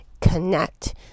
connect